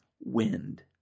wind